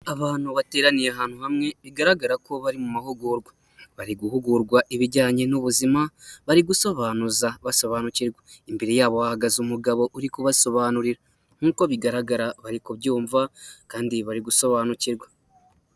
Abantu bateraniye ahantu hamwe bigaragara ko bari mu mahugurwa, bari guhugurwa ibijyanye n'ubuzima bari gusobanuza basobanukirwa, imbere yabo bahagaze umugabo uri kubasobanurira, nkuko bigaragara bari kubyumva kandi bari gusobanukirwa.